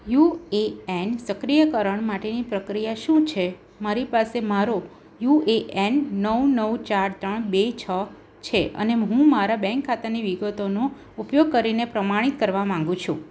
UAN સક્રિયકરણ માટેની પ્રક્રિયા શું છે મારી પાસે મારો યુએએન નવ નવ ચાર ત્રણ બે છ છે અને હું મારા બેંક ખાતાની વિગતોનો ઉપયોગ કરીને પ્રમાણિત કરવા માંગુ છું